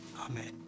Amen